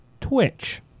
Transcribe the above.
Twitch